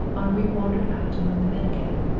henri wandered out among the men again.